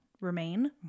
remain